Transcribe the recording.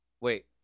Wait